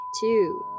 two